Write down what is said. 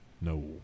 No